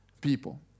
people